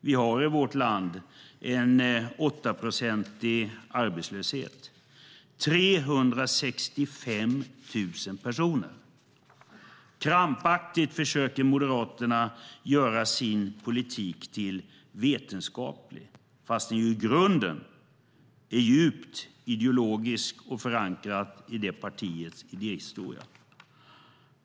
Vi har i vårt land en arbetslöshet på 8 procent - 365 000 personer. Krampaktigt försöker Moderaterna göra sin politik vetenskaplig, fastän den i grunden är djupt ideologisk och förankrad i partiets idéhistoria.